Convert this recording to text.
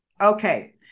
Okay